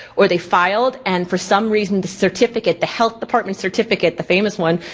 or they filed and for some reason, the certificate, the health department certificate the famous one,